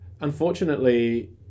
Unfortunately